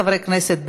17 חברי כנסת בעד,